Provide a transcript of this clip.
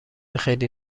خیلی